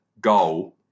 goal